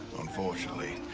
unfortunately,